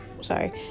sorry